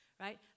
right